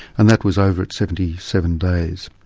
and that was over seventy seven days.